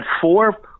four